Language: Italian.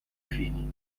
fini